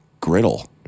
griddle